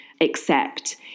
accept